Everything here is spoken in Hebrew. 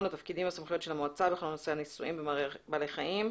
התפקידים והסמכויות של המועצה בכל נושא הניסויים בבעלי חיים,